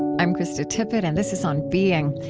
i'm krista tippett, and this is on being.